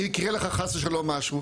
יקרה לך חס ושלום משהו.